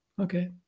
okay